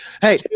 Hey